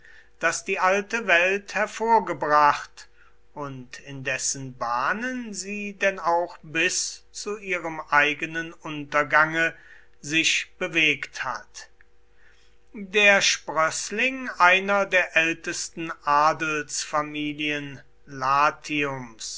das die alte welt hervorgebracht und in dessen bahnen sie denn auch bis zu ihrem eigenen untergange sich bewegt hat der sprößling einer der ältesten adelsfamilien latiums